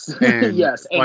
Yes